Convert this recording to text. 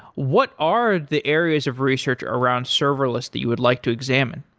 what are the areas of research around serverless that you would like to examine?